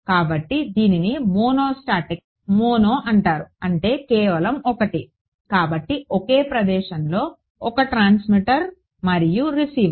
కాబట్టి దీనిని monostatic mono అంటారు అంటే కేవలం ఒకటి కాబట్టి ఒకే ప్రదేశంలో ఒక ట్రాన్స్మిటర్ మరియు రిసీవర్